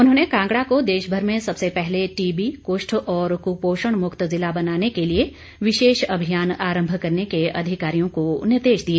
उन्होनें कांगड़ा को देश भर में सबसे पहले टीबी कृष्ठ और कृपोषण मुक्त जिला बनाने के लिए विशेष अभियान आरम्भ करने के अधिकारियों को निर्देश दिए